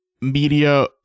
media